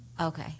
Okay